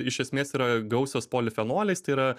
iš esmės yra gausios polifenoliais tai yra